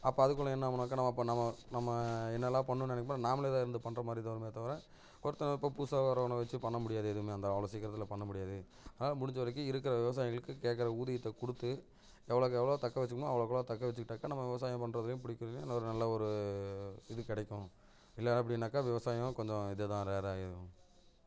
அப்போ அதுக்குள்ள என்ன ஆகும்னாக்கா நம்ம இப்போ நம்ம நம்ம என்னெல்லாம் பண்ணணுன்னு நினப்போ நாமளும் இதாக இருந்து பண்ற மாதிரி தான் வருமே தவிர ஒருத்தர் இப்போ புதுசாக வரவனை வச்சு பண்ண முடியாது எதுவுமே அந்த அவ்வளோ சீக்கிரத்தில் பண்ண முடியாது அதனால் முடிஞ்ச வரைக்கும் இருக்கிற விவசாயிங்களுக்கு கேட்குற ஊதியத்தை கொடுத்து எவ்வளோக்கு எவ்வளோ தக்க வச்சுக்கிணுமோ அவ்வளோக்கு அவ்வளோ தக்க வச்சிக்கிட்டால் நம்ம விவசாயம் பண்றதுலேயும் பிடிக்கிறதுலையும் ஒரு நல்ல ஒரு இது கிடைக்கும் இல்லை அப்படினாக்கா விவசாயம் கொஞ்சம் இது தான் ரேராகிரும்